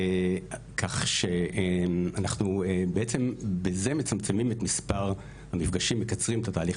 כך שאנחנו בעצם בזה מצמצמים את מספר המפגשים ומקצרים את התהליך